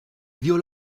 dio